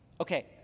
Okay